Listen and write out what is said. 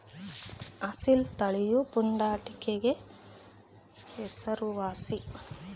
ಅಸೀಲ್ ತಳಿಯು ಪುಂಡಾಟಿಕೆಗೆ ಹೆಸರುವಾಸಿ